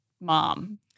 mom